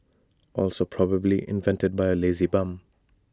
also probably invented by A lazy bum